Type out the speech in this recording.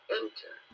enter